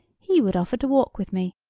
he would offer to walk with me!